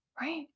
right